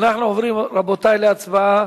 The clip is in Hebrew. אנחנו עוברים, רבותי, להצבעה.